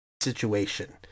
situation